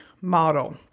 model